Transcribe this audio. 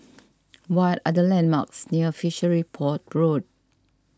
what are the landmarks near Fishery Port Road